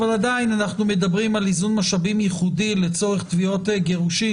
אבל עדיין אנחנו מדברים על איזון משאבים ייחודי לצורך תביעות גירושין,